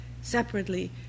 separately